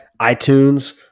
iTunes